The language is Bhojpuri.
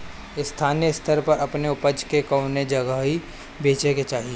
स्थानीय स्तर पर अपने ऊपज के कवने जगही बेचे के चाही?